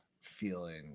feeling